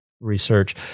research